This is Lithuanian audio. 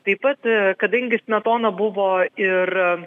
taip pat kadangi smetona buvo ir